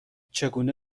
چگونه